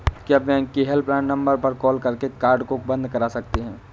क्या बैंक के helpline number पर कॉल करके कार्ड को बंद करा सकते हैं?